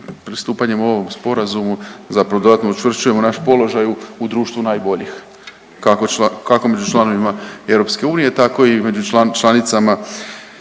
pristupanjem ovom sporazumu zapravo dodatno učvršćujemo naš položaj u društvu najboljih kako među članovima EU tako i među članicama